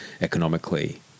economically